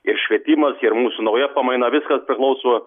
ir švietimas ir mūsų nauja pamaina viskas priklauso